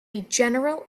general